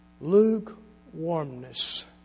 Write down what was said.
Lukewarmness